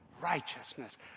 righteousness